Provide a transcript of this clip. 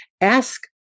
ask